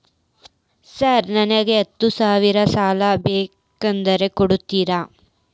Sir ನನಗ ಹತ್ತು ಸಾವಿರ ಸಾಲ ಬೇಕ್ರಿ ಕೊಡುತ್ತೇರಾ?